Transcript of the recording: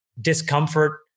discomfort